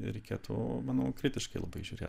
reikėtų manau kritiškai labai žiūrėt